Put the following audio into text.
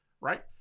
right